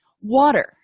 water